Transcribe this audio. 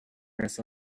rest